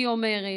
היא אומרת,